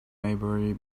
maybury